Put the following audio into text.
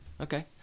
Okay